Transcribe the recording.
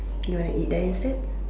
you wanna eat that instead